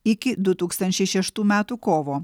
iki du tūkstančiai šeštų metų kovo